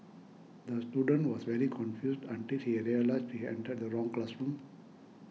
the student was very confused until he realised he entered the wrong classroom